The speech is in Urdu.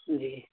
جی